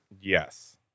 Yes